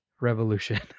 revolution